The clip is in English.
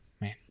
man